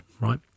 right